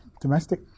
domestic